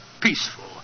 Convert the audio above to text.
peaceful